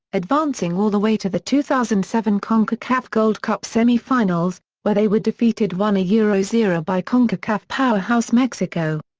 advancing all the way to the two thousand and seven concacaf gold cup semi-finals, where they were defeated one yeah zero zero by concacaf powerhouse mexico.